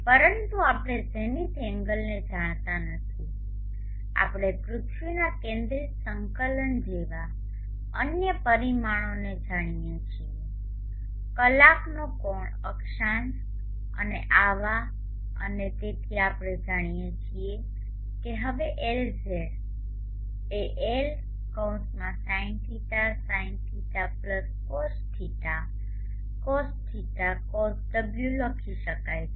પરંતુ આપણે ઝેનિથ એંગલને જાણતા નથી આપણે પૃથ્વીના કેન્દ્રિત સંકલન જેવા અન્ય પરિમાણોને જાણીએ છીએ કલાકનો કોણ અક્ષાંશ અને આવા અને તેથી આપણે જાણીએ છીએ કે હવે Lz એ L sinδ sinϕ cosδ cosϕ cosω લખી શકાય છે